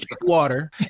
water